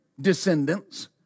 descendants